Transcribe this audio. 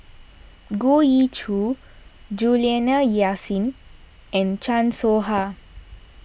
Goh Ee Choo Juliana Yasin and Chan Soh Ha